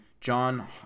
john